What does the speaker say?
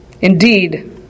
Indeed